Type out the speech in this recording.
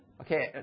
Okay